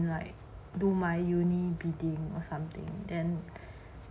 like do my uni bidding or something then